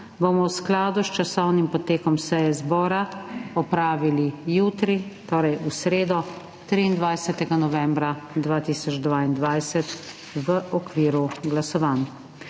bomo v skladu s časovnim potekom seje zbora opravili jutri, torej v sredo, 23. novembra 2022, v okviru glasovanj.